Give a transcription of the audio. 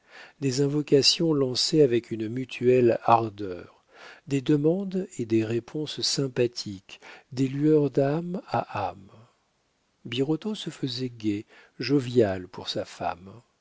des invocations lancées avec une mutuelle ardeur des demandes et des réponses sympathiques des lueurs d'âme à âme birotteau se faisait gai jovial pour sa femme